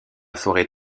forêt